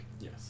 Yes